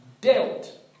dealt